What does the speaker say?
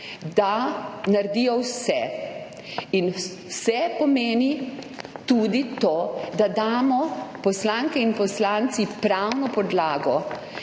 da naredijo vse, vse pomeni tudi to, da damo poslanke in poslanci pravno podlago,